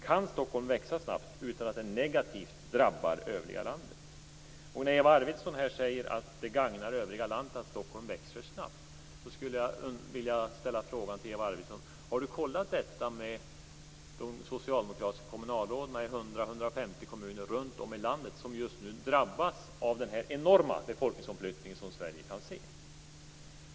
Kan Stockholm växa snabbt utan att det negativt drabbar övriga landet? När Eva Arvidsson säger att det gagnar övriga landet att Stockholm växer snabbt skulle jag vilja ställa frågan: Har Eva Arvidsson kollat upp detta med de socialdemokratiska kommunalråden i 100-150 kommuner runt om i landet som just nu drabbas av den enorma befolkningsomflyttning som Sverige kan se?